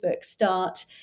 start